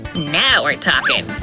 now we're talkin'!